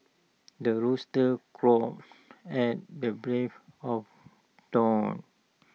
the rooster crows at the breve of dawn